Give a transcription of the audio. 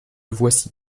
voici